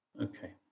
Okay